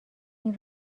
این